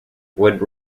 would